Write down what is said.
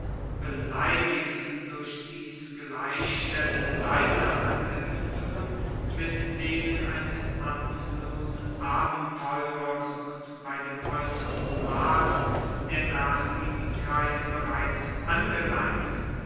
beleidigt durch dies gleichstellen seiner anerbietungen mit denen eines amtlosen abenteurers und bei dem äußersten maß der nachgiebigkeit bereits angelangt